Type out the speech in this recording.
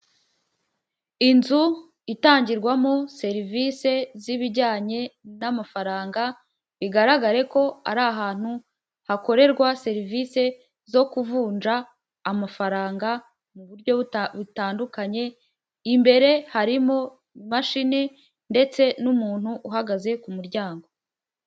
Inzu itangirwamo serivisi z'ibijyanye n'amafaranga bigaragare ko ari ahantu hakorerwa serivisi zo kuvunja amafaranga mu buryo butandukanye, imbere harimo imashini ndetse n'umuntu uhagaze ku muryango.